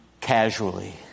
casually